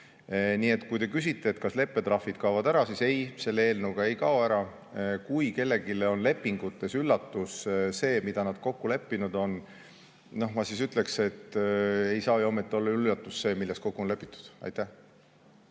Nii et kui te küsite, kas leppetrahvid kaovad ära, siis ei, selle eelnõuga ei kao need ära. Kui kellegi jaoks on lepingute puhul üllatus see, milles ollakse kokku leppinud, siis ma ütleksin, et ei saa ju ometi olla üllatus see, milles kokku on lepitud. Aitäh!